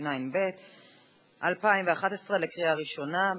התשע"ב 2011, בקריאה ראשונה.